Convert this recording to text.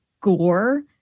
gore